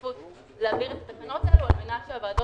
חשיבות להעביר את התקנות האלו על מנת שהוועדות